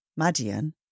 Madian